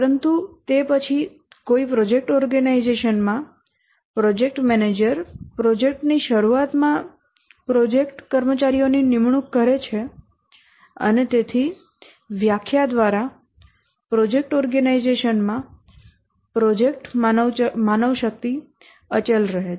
પરંતુ તે પછી કોઈ પ્રોજેક્ટ ઓર્ગેનાઇઝેશનમાં પ્રોજેક્ટ મેનેજર પ્રોજેક્ટની શરૂઆતમાં પ્રોજેક્ટ કર્મચારીઓની નિમણૂક કરે છે અને તેથી વ્યાખ્યા દ્વારા પ્રોજેક્ટ ઓર્ગેનાઇઝેશન માં પ્રોજેક્ટમાં માનવશક્તિ અચલ રહે છે